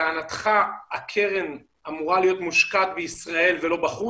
לטענתך הקרן אמורה להיות מושקעת בישראל ולא בחוץ?